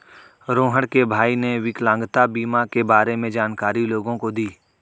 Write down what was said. रोहण के भाई ने विकलांगता बीमा के बारे में जानकारी लोगों को दी